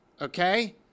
okay